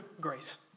Grace